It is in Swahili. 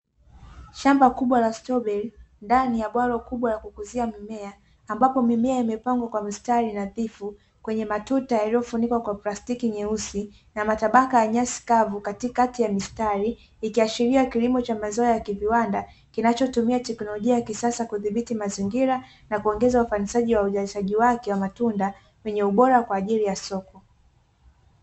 Shamba kubwa la stroberi ndani ya bwalo kubwa la kukuzia mimea, ambapo mimea imepangwa kwa mistari nadhifu kwenye matuta yaliyofunikwa kwa plastiki nyeusi, na matabaka ya nyasi kavu katikati ya mistari, ikiashiria kilimo cha mazao ya viwanda kinachotumia teknolojia ya kisasa kudhibiti mazingira, na kuogeza upandishaji wa uuzaji wake wa matunda kwenye ubora kwa ajili ya soko.